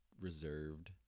reserved